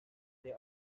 they